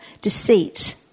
deceit